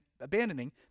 abandoning